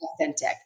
authentic